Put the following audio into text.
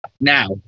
Now